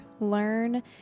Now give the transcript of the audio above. learn